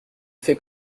fait